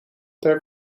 ter